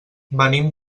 venim